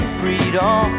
freedom